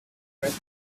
equity